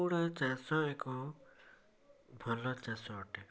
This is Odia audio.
କୁକୁଡ଼ା ଚାଷ ଏକ ଭଲ ଚାଷ ଅଟେ